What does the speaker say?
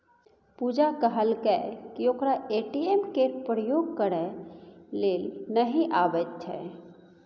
पुजा कहलकै कि ओकरा ए.टी.एम केर प्रयोग करय लेल नहि अबैत छै